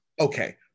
Okay